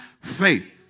faith